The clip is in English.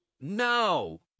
No